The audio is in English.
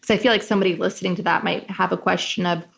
i feel like somebody listening to that might have a question of,